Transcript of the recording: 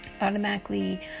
automatically